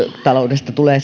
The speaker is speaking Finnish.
tulee